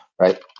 right